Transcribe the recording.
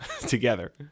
together